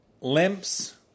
limps